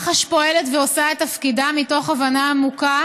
מח"ש פועלת ועושה את תפקידה מתוך הבנה עמוקה